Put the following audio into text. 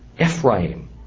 Ephraim